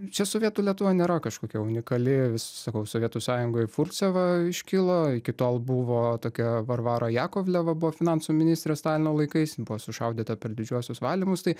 čia sovietų lietuva nėra kažkokia unikali vis sakau sovietų sąjungoj fulceva iškilo iki tol buvo tokia varvara jakovleva buvo finansų ministrė stalino laikais jin buvo sušaudyta per didžiuosius valymus tai